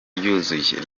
ryuzuye